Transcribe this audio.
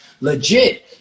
legit